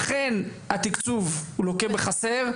אכן התקצוב הוא לוקה בחסר,